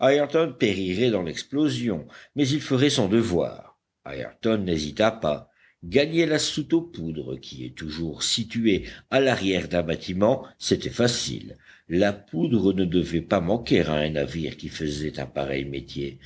périrait dans l'explosion mais il ferait son devoir ayrton n'hésita pas gagner la soute aux poudres qui est toujours située à l'arrière d'un bâtiment c'était facile la poudre ne devait pas manquer à un navire qui faisait un pareil métier